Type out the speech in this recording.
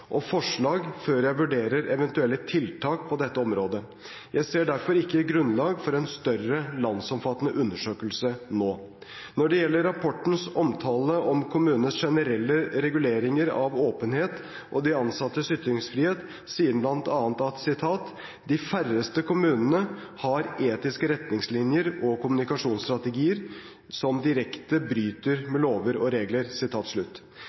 og forslag før jeg vurderer eventuelle tiltak på dette området. Jeg ser derfor ikke grunnlag for en større landsomfattende undersøkelse nå. Når det gjelder rapportens omtale av kommunenes generelle reguleringer av åpenhet og de ansattes ytringsfrihet, sier den bl.a. at « de færreste kommunene har etiske retningslinjer og kommunikasjonsstrategier som direkte bryter med lover og regler